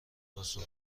پاسخ